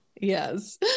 yes